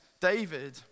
David